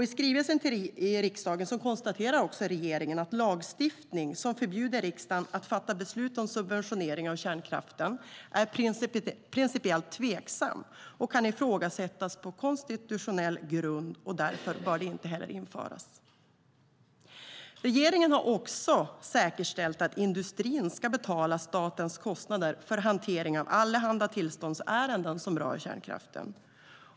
I skrivelsen till riksdagen konstaterar regeringen att lagstiftning som förbjuder riksdagen att fatta beslut om subventionering av kärnkraften är principiellt tveksam och kan ifrågasättas på konstitutionell grund, och därför bör det inte heller införas. Regeringen har också säkerställt att industrin ska betala statens kostnader för hantering av allehanda tillståndsärenden som rör kärnkraften.